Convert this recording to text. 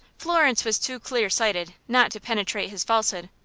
florence was too clear-sighted not to penetrate his falsehood.